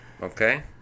Okay